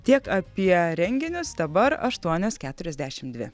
tiek apie renginius dabar aštuonios keturiasdešim dvi